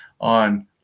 on